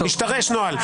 משתרש נוהל?